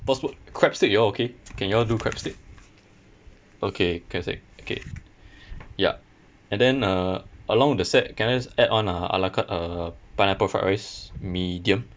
possible crabstick you all okay can you all do crabstick okay crabstick okay ya and then uh along with the set can I just add on uh a la carte uh pineapple fried rice medium